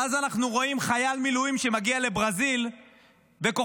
ואז אנחנו רואים חייל מילואים שמגיע לברזיל וכוחות